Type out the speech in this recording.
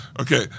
Okay